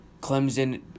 Clemson